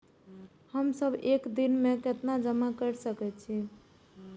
हम सब एक दिन में केतना जमा कर सके छी?